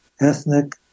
ethnic